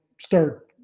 start